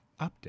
Update